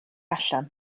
allan